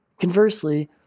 Conversely